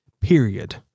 period